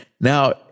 Now